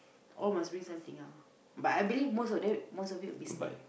all must bring something ah but I believe most of them most of it will be snack